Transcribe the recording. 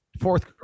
fourth